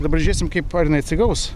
dabar žiūrėsim kaip ar jinai atsigaus